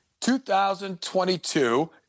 2022